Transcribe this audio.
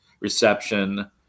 reception